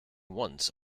once